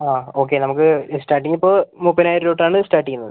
okay നമുക്ക് starting ഇപ്പോൾ മുപ്പതിനായിരം രൂപ തൊട്ടാണ് സ്റ്റാർട്ട് ചെയ്യുന്നത്